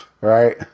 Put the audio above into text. Right